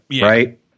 Right